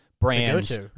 brands